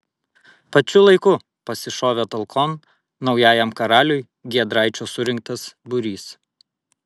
pačiu laiku pasišovė talkon naujajam karaliui giedraičio surinktas būrys